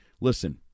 listen